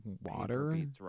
Water